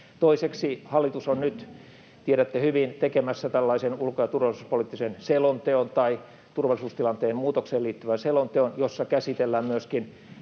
Toiseksi, hallitus on nyt, tiedätte hyvin, tekemässä tällaisen ulko‑ ja turvallisuuspoliittisen selonteon tai turvallisuustilanteen muutokseen liittyvän selonteon, jossa käsitellään myöskin